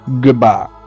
Goodbye